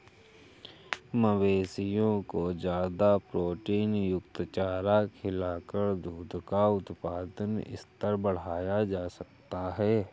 मवेशियों को ज्यादा प्रोटीनयुक्त चारा खिलाकर दूध का उत्पादन स्तर बढ़ाया जा सकता है